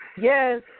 yes